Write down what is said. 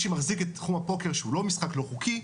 שמחזיק את תחום הפוקר שהוא לא משחק לא חוקי,